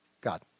God